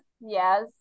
yes